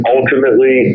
Ultimately